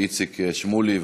שיזם חברי איציק שמולי,